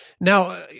Now